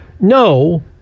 No